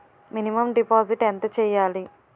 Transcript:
Minimum deposit ఎంత చెయ్యాలి?